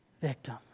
victim